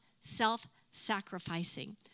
self-sacrificing